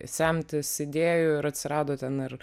semtis idėjų ir atsirado ten ir